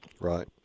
Right